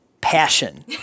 passion